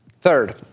Third